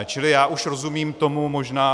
Čili já už rozumím tomu, možná...